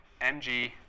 mg